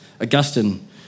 Augustine